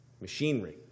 machinery